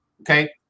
okay